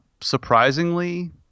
surprisingly –